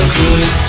good